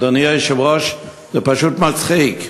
אדוני היושב-ראש, זה פשוט מצחיק: